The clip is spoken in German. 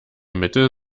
mittel